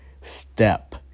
step